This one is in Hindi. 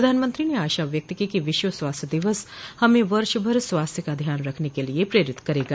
प्रधानमंत्री ने आशा व्यक्त की कि विश्व स्वास्थ्य दिवस हमें वर्ष भर स्वास्थ्य का ध्यान रखने के लिए प्रेरित करेगा